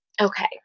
okay